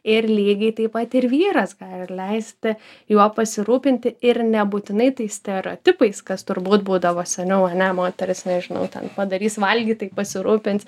ir lygiai taip pat ir vyras gali leisti juo pasirūpinti ir nebūtinai tais stereotipais kas turbūt būdavo seniau ane moteris nežinau ten padarys valgyt tai pasirūpins